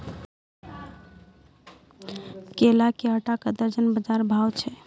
केला के आटा का दर्जन बाजार भाव छ?